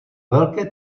velké